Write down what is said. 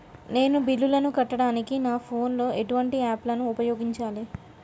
నేను బిల్లులను కట్టడానికి నా ఫోన్ లో ఎటువంటి యాప్ లను ఉపయోగించాలే?